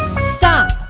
stop!